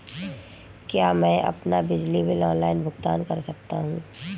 क्या मैं अपना बिजली बिल ऑनलाइन भुगतान कर सकता हूँ?